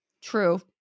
True